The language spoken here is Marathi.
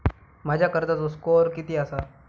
माझ्या कर्जाचो स्कोअर किती आसा?